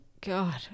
God